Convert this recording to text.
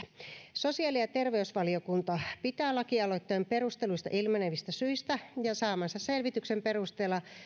sosiaali ja terveysvaliokunta pitää lakialoitteen perusteluista ilmenevistä syistä ja saamansa selvityksen perusteella